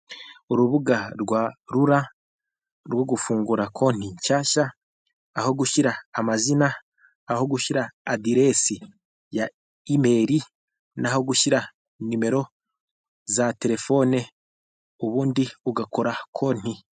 Urubuga rwa rura urubuga ufungura konti nshyashya aho gushyira amazina, aho gushyira aderesi ya imeri naho gushyira nimero za telefone ubundi ugakora konti.